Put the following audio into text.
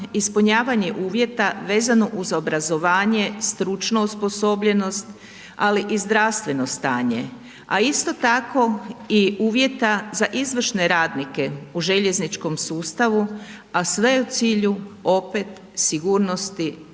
ispunjavanje uvjeta vezano uz obrazovanje, stručnu osposobljenost, ali i zdravstveno stanje, a isto tako i uvjeta za izvršne radnike u željezničkom sustavu u sve u cilju opet sigurnosti